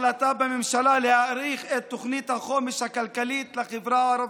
החלטת הממשלה להאריך את תוכנית החומש הכלכלית לחברה הערבית,